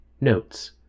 Notes